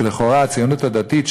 שלכאורה הציונות הדתית,